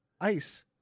ice